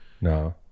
no